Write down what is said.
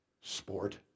Sport